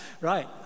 Right